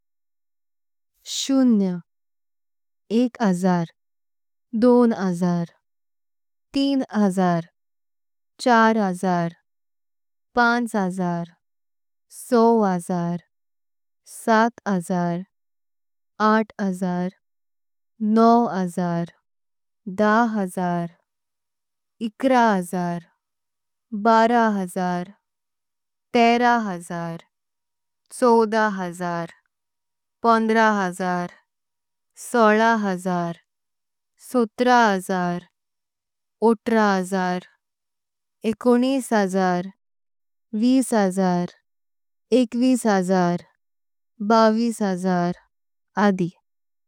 शून्य, एक हजार, दोन हजार, तीन हजार, चार हजार। पाच हजार, सहा हजार, सात हजार, आठ हजार। नऊ हजार, दहा हजार, अकरा हजार, बारा हजार। तेरा हजार, चौदा हजार, पंधरा हजार, सोळा हजार। सतर हजार, अठरा हजार, एकोणीस हजार। वीस हजार, एकवीस हजार, बावीस हजार, आदि।